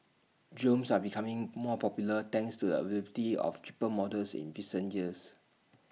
drones are becoming more popular thanks to the availability of cheaper models in recent years